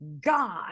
God